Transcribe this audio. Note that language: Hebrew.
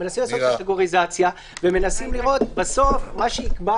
מנסים לעשות קטגוריזציה ובסוף מה שיקבע